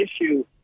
issue